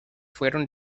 fueron